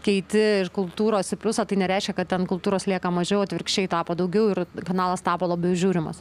keiti kultūros į pliusą tai nereiškia kad ten kultūros lieka mažiau atvirkščiai tapo daugiau ir kanalas tapo labiau žiūrimas